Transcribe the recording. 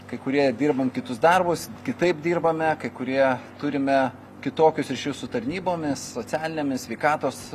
kai kurie dirbant kitus darbus kitaip dirbame kai kurie turime kitokius ryšius su tarnybomis socialinėmis sveikatos